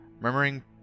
Murmuring